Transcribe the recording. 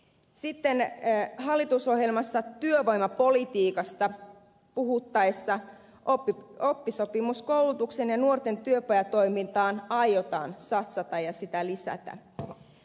sitten hallitusohjelmassa työvoimapolitiikasta puhuttaessa oppisopimuskoulutukseen ja nuorten työpajatoimintaan aiotaan satsata ja sitä lisätä